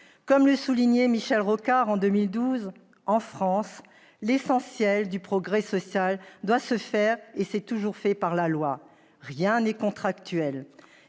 Comme le soulignait Michel Rocard en 2012, « en France, l'essentiel du progrès social doit se faire et s'est toujours fait par la loi. Rien n'est contractuel.